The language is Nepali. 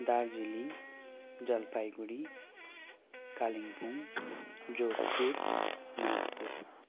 दार्जिलिङ जलपाइगढी कालिम्पोङ जोधपुर नागपुर